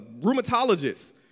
rheumatologist